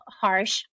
harsh